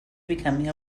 becoming